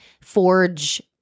forge